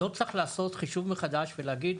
לא צריך לעשות חישוב מחדש ולהגיד,